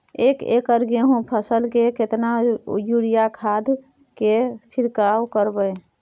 एक एकर गेहूँ के फसल में केतना यूरिया खाद के छिरकाव करबैई?